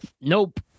Nope